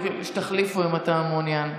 שתחליפו, אם אתה מעוניין.